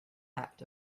act